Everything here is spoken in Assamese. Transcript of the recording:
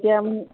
এতিয়া